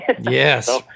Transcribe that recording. Yes